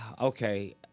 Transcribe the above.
okay